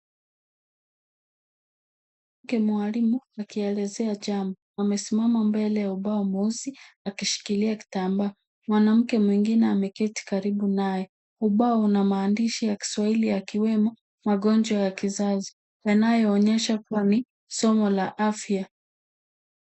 Mwanamke mwalimu akielezea jambo amesimama mbele ya ubao mweusi akishikilia kitambaa. Mwanamke mwengine ameketi karibu naye. Ubao una maandishi ya Kiswahili yakiwemo magonjwa ya kizazi yanayoonyesha kuwa ni somo la kiafya.